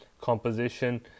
composition